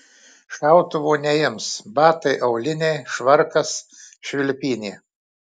šautuvo neims batai auliniai švarkas švilpynė